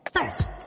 First